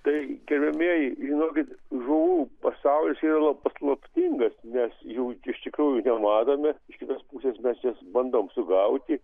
tai gerbiamieji žinokit žuvų pasaulis yra paslaptingas nes jų iš tikrųjų nematome iš kitos pusės mes jas bandom sugauti